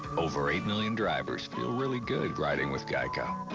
over eight million drivers feel really good riding with geico.